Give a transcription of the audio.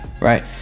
right